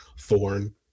Thorn